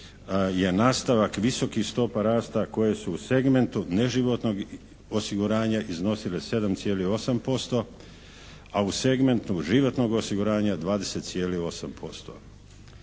je nastavak visokih stopa rasta koje su u segmentu neživotnog osiguranja iznosile 7,8% a u segmentu životnog osiguranja 20,8%.